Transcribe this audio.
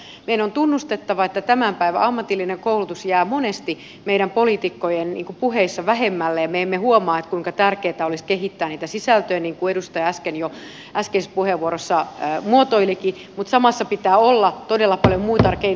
meidän on tunnustettava että tämän päivän ammatillinen koulutus jää monesti meidän poliitikkojen puheissa vähemmälle ja me emme huomaa kuinka tärkeätä olisi kehittää niitä sisältöjä niin kuin edustaja äskeisessä puheenvuorossa muotoilikin mutta samassa pitää olla todella paljon muuta keinorepertuaaria